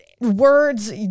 words